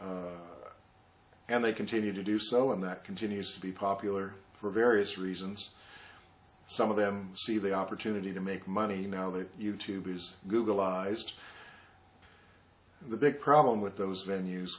and they continue to do so and that continues to be popular for various reasons some of them see the opportunity to make money now that youtube is google ised the big problem with those venues